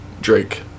Drake